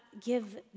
give